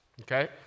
okay